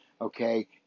okay